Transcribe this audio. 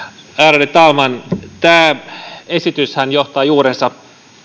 ärade talman tämä esityshän juontaa juurensa